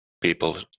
people